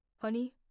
Honey